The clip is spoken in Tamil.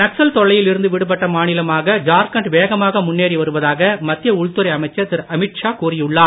நக்சல் தொல்லையில் இருந்து விடுபட்ட மாநிலமாக ஜார்கண்ட் வேகமாக முன்னேறி வருவதாக மத்திய உள்துறை அமைச்சர் திரு அமித்ஷா கூறியுள்ளார்